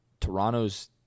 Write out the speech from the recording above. Toronto's